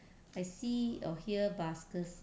I see or hear buskers